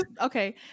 okay